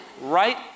right